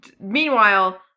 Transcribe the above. Meanwhile